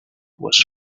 was